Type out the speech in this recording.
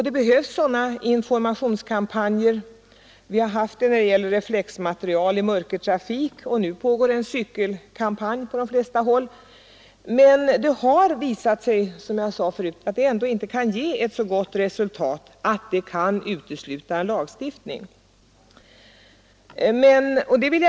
Det behövs informationskampanjer — vi har haft en när det gällt reflexmaterial i mörkertrafik, och nu pågår en cykelkampanj på de flesta håll — men det har, som sagt, visat sig att de ändå inte kan ge ett så gott resultat att en lagstiftning kan uteslutas.